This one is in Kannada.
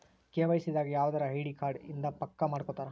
ಕೆ.ವೈ.ಸಿ ದಾಗ ಯವ್ದರ ಐಡಿ ಕಾರ್ಡ್ ಇಂದ ಪಕ್ಕ ಮಾಡ್ಕೊತರ